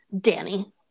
Danny